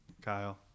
Kyle